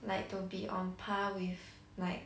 like to be on par with like